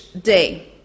day